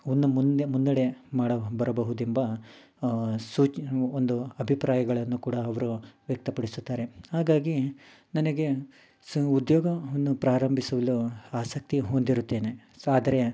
ಒಂದು ಮುಂದೆ ಮುನ್ನಡೆ ಮಾಡು ಬರಬಹುದೆಂಬ ಸೂಚ ಒಂದು ಅಬಿಪ್ರಾಯಗಳನ್ನು ಕೂಡ ಅವರು ವ್ಯಕ್ತಪಡಿಸುತ್ತಾರೆ ಹಾಗಾಗಿ ನನಗೆ ಸೊ ಉದ್ಯೋಗವನ್ನು ಪ್ರಾರಂಭಿಸಲು ಆಸಕ್ತಿ ಹೊಂದಿರುತ್ತೇನೆ ಸೊ ಆದರೆ